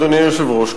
אדוני היושב-ראש,